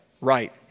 right